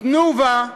"תנובה",